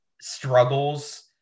struggles